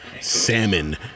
Salmon